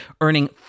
earning